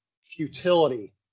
futility